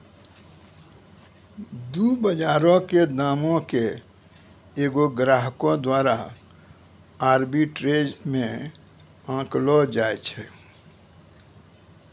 दु बजारो के दामो के एगो ग्राहको द्वारा आर्बिट्रेज मे आंकलो जाय छै